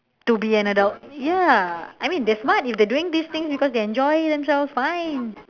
to be an adult ya I mean they are smart if they are doing these things because they enjoy themselves fine